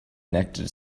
enacted